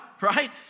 right